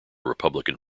republican